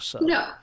No